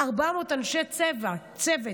400 אנשי צוות.